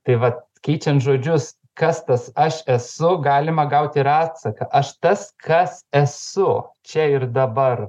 tai va keičiant žodžius kas tas aš esu galima gauti ir atsaką aš tas kas esu čia ir dabar